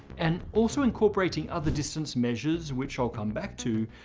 and also incorporating other distance measures which i'll come back to,